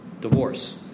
divorce